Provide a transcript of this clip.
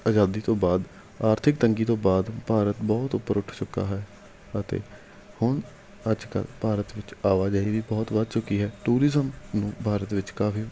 ਆਜ਼ਾਦੀ ਤੋਂ ਬਾਅਦ ਆਰਥਿਕ ਤੰਗੀ ਤੋਂ ਬਾਅਦ ਭਾਰਤ ਬਹੁਤ ਉੱਪਰ ਉੱਠ ਚੁੱਕਾ ਹੈ ਅਤੇ ਹੁਣ ਅੱਜ ਕੱਲ੍ਹ ਭਾਰਤ ਵਿੱਚ ਆਵਾਜਾਈ ਵੀ ਬਹੁਤ ਵੱਧ ਚੁੱਕੀ ਹੈ ਟੂਰਿਜ਼ਮ ਨੂੰ ਭਾਰਤ ਵਿੱਚ ਕਾਫੀ